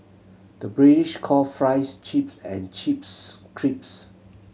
the British call fries chips and chips crisps